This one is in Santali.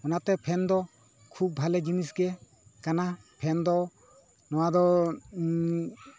ᱚᱱᱟᱛᱮ ᱯᱷᱮᱱ ᱫᱚ ᱠᱷᱩᱵᱽ ᱵᱷᱟᱜᱮ ᱡᱤᱱᱤᱥ ᱜᱮ ᱠᱟᱱᱟ ᱯᱷᱮᱱ ᱫᱚ ᱱᱚᱣᱟ ᱫᱚ